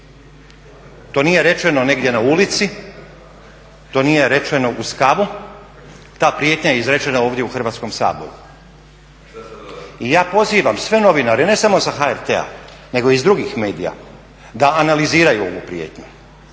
To nije rečeno negdje na ulici, to nije rečeno uz kavu. Ta prijetnja je izrečena ovdje u Hrvatskom saboru. I ja pozivam sve novinare ne samo sa HRT-a, nego i sa drugih medija da analiziraju ovu prijetnju.